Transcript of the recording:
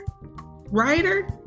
writer